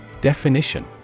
Definition